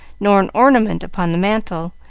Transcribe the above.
nor an ornament upon the mantel,